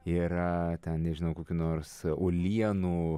yra ten nežinau kokių nors uolienų